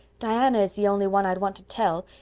diana is the only one i'd want to tell,